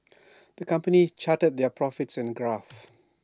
the company charted their profits in A graph